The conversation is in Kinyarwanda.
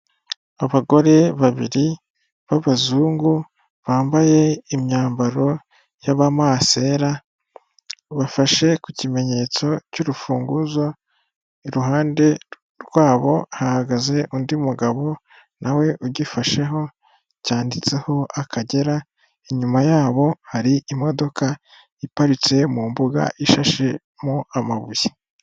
Abagore babiri b'abazungu bambaye imyambaro y'abamasera, bafashe ku kimenyetso cy'urufunguzo, iruhande rwabo hahagaze undi mugabo na we ugifasheho cyanditseho Akagera, inyuma yabo hari imodoka iparitse mu mbuga ishashemo amabuye.